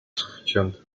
suficient